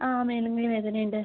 ആ മേലും കയ്യും വേദനയുണ്ട്